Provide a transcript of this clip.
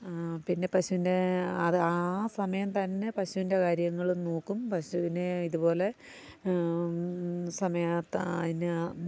പിന്നെ പശുവിൻ്റെ അത് ആ സമയംതന്നെ പശുവിൻ്റെ കാര്യങ്ങളും നോക്കും പശുവിന് ഇതുപോലെ സമയത്തതിന്